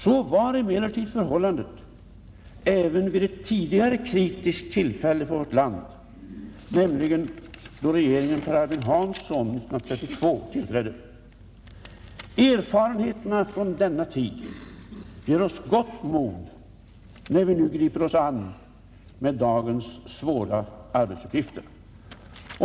Så var emellertid förhållandet även vid ett tidigare kritiskt tillfälle för vårt land, nämligen då regeringen Per Albin Hansson trädde till år 1932. Erfarenheterna från denna tid ger oss gott mod, när vi nu griper oss an med dagens svåra arbetsuppgifter.